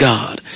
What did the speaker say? God